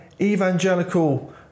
evangelical